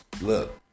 Look